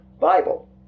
Bible